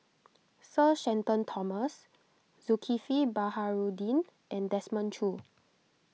Sir Shenton Thomas Zulkifli Baharudin and Desmond Choo